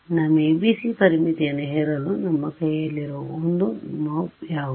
ನಮ್ಮ ಎಬಿಸಿ ಪರಿಮಿತಿಯನ್ನು ಹೇರಲು ನಮ್ಮ ಕೈಯಲ್ಲಿರುವ ಒಂದು ನೋಬ್ ಯಾವುದು